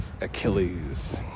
Achilles